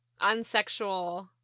unsexual-